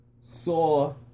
saw